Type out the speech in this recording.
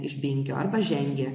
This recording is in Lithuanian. iš binkio arba žengė